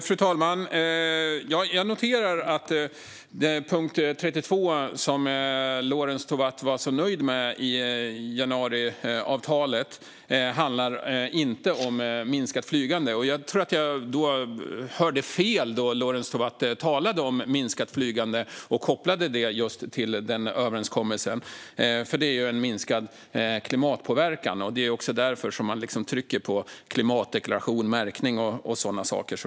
Fru talman! Jag noterar att punkt 32, som Lorentz Tovatt var så nöjd med i januariavtalet, inte handlar om minskat flygande. Jag tror att jag då hörde fel när Lorentz Tovatt talade om minskat flygande och kopplade det till just den överenskommelsen, för det är en minskad klimatpåverkan. Det är också därför som man trycker så mycket på klimatdeklaration, märkning och sådana saker.